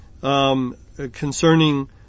concerning